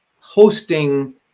hosting